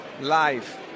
live